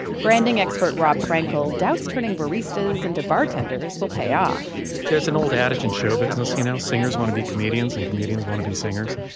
branding expert rob frankel doubts turning baristas into bartenders will pay off there's an old adage in show business, you know, singers wanna be comedians and comedians wanna be singers.